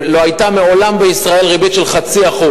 לא היתה מעולם בישראל ריבית של 0.5%,